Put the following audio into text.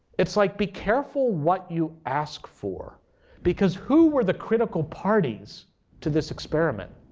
it's like, be careful what you ask for because who were the critical parties to this experiment?